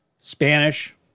Spanish